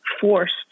forced